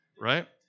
Right